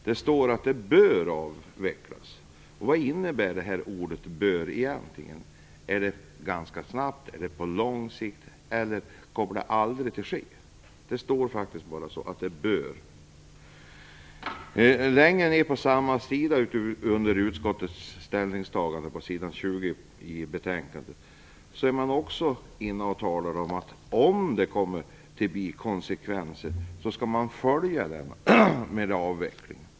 Det anförs där att det bör avvecklas. Vad innebär egentligen ordet "bör" här? Skall detta ske ganska snabbt eller på lång sikt, eller kommer det aldrig att ske? På s. 20 i utskottets betänkande framhålls under rubriken "Utskottets ställningstagande" att regeringen avser att följa upp konsekvenserna av en avveckling.